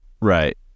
right